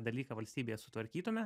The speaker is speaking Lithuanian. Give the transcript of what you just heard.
dalyką valstybėje sutvarkytume